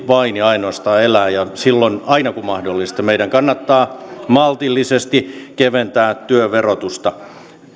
vain ja ainoastaan elää ja silloin aina kun mahdollista meidän kannattaa maltillisesti keventää työn verotusta